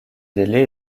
délai